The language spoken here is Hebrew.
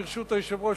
ברשות היושב-ראש,